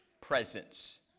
presence